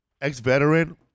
Ex-veteran